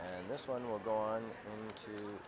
and this one will go on t